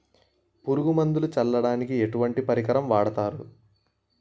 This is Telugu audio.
పురుగు మందులు చల్లడానికి ఎటువంటి పరికరం వాడతారు?